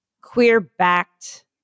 queer-backed